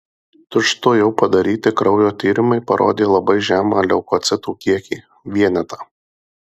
tučtuojau padaryti kraujo tyrimai parodė labai žemą leukocitų kiekį vienetą